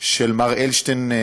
של מר אלשטיין,